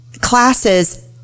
classes